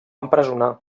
empresonar